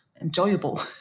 enjoyable